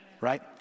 right